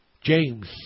James